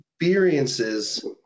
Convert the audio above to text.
experiences